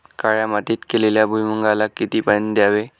काळ्या मातीत केलेल्या भुईमूगाला किती पाणी द्यावे?